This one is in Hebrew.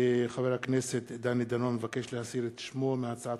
חבר הכנסת דני דנון מבקש להסיר את שמו מהצעת